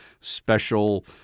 special